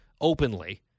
openly